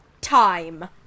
time